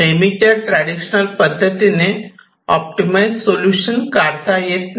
नेहमीच्या ट्रॅडिशनल पद्धतीने optimise solution काढता येत नाही